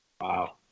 Wow